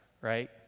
right